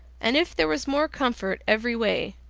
and if there was more comfort every way,